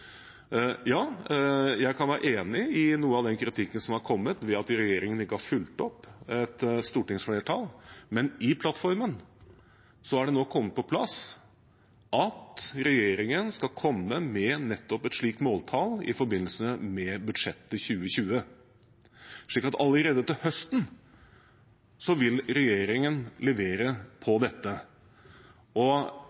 Ja, jeg kan være enig i noe av kritikken som har kommet om at regjeringen ikke har fulgt opp et stortingsflertall. Men i plattformen har det kommet på plass at regjeringen skal komme med nettopp et slikt måltall i forbindelse med budsjettet for 2020. Så allerede til høsten vil regjeringen levere på